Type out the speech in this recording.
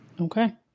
okay